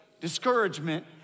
Discouragement